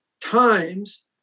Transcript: times